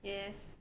yes